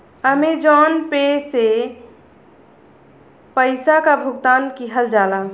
Amazon pay से पइसा क भुगतान किहल जाला